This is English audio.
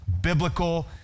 biblical